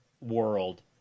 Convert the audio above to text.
world